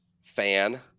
fan